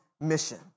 mission